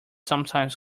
sometimes